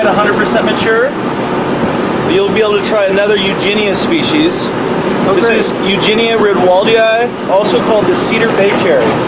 ah hundred percent mature you'll be able to try another eugenia species this is eugenia reinwardtiana also called the cedar bay cherry